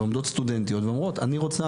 ובאו סטודנטיות ואומרות אני רוצה,